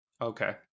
Okay